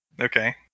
Okay